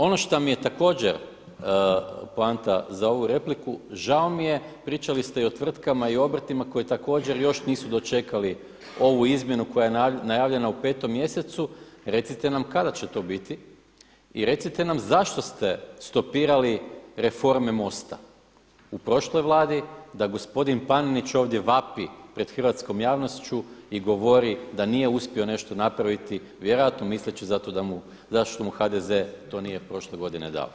Ono šta mi je također poanta za ovu repliku, žao mi je, pričali ste i o tvrtkama i obrtima koji također još nisu dočekali ovu izmjenu koja je najavljena u petom mjesecu, recite nam kada će to biti i recite nam zašto ste stopirali reforme MOST-a u prošloj vladi da gospodin Panenić ovdje vapi pred hrvatskom javnošću i govori da nije uspio nešto napraviti, vjerojatno misleći zašto mu HDZ to nije prošle godine dao.